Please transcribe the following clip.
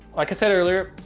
like i said earlier,